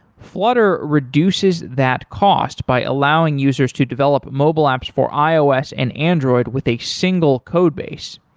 flutter reduces that cost by allowing users to develop mobile apps for ios and android with a single code base.